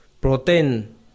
protein